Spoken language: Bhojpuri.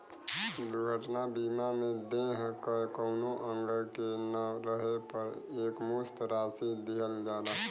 दुर्घटना बीमा में देह क कउनो अंग के न रहे पर एकमुश्त राशि दिहल जाला